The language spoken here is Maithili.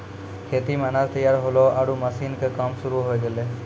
खेतो मॅ अनाज तैयार होल्हों आरो मशीन के काम शुरू होय गेलै